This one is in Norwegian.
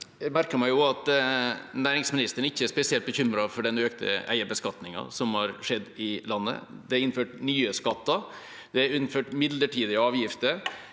Jeg merket meg at næringsministeren ikke er spesielt bekymret for den økte eierbeskatningen som har skjedd i landet. Det er innført nye skatter, det er innført midlertidige avgifter.